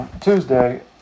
Tuesday